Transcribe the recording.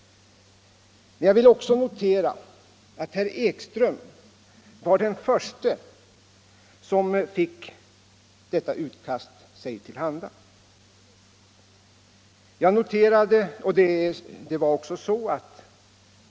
Men jag vill också erinra om att herr Ekström var den förste som fick detta utkast sig till handa.